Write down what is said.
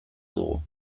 dugu